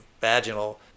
vaginal